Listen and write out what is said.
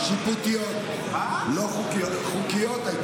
שיפוטיות, לא חוקיות.